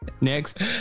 Next